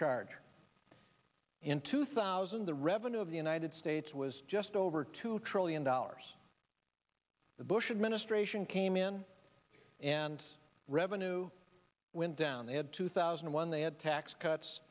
charge in two thousand the revenue of the united states was just over two trillion dollars the bush administration came in and read new went down they had two thousand and one they had tax cuts